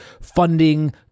funding